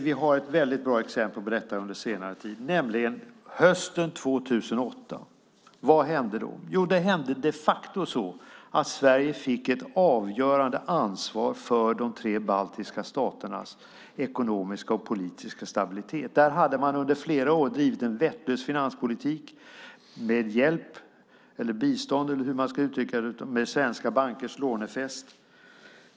Vi har ett bra exempel under senare tid. Under hösten 2008 hände det de facto så att Sverige fick ett avgörande ansvar för de tre baltiska staternas ekonomiska och politiska stabilitet. Där hade man under flera år drivit en vettlös finanspolitik med hjälp eller bistånd eller hur man nu ska uttrycka det av svenska bankers lånefest.